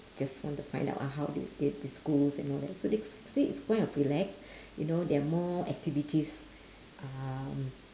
just want to find out uh how th~ th~ the schools and all that so they s~ said it's kind of relax you know there are more activities um